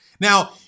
Now